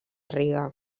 riga